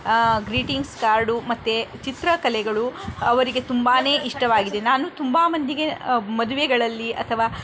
greetings card ಮತ್ತು ಚಿತ್ರಕಲೆಗಳು ಅವರಿಗೆ ತುಂಬಾ ಇಷ್ಟವಾಗಿದೆ ನಾನು ತುಂಬಾ ಮಂದಿಗೆ ಮದುವೆಗಳಲ್ಲಿ ಅಥವಾ